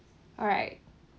alright